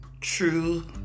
true